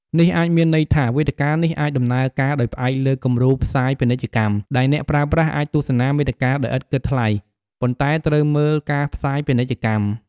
នេះអាចមានន័យថា វេទិកានេះអាចដំណើរការដោយផ្អែកលើគំរូផ្សាយពាណិជ្ជកម្ម ដែលអ្នកប្រើប្រាស់អាចទស្សនាមាតិកាដោយឥតគិតថ្លៃ ប៉ុន្តែត្រូវមើលការផ្សាយពាណិជ្ជកម្ម។